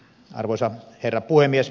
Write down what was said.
arvoisa herra puhemies